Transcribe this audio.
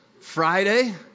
Friday